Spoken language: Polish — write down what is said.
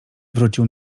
wrócił